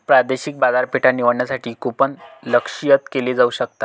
प्रादेशिक बाजारपेठा निवडण्यासाठी कूपन लक्ष्यित केले जाऊ शकतात